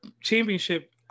championship